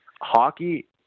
Hockey